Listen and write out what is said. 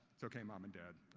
it's okay, mom and dad.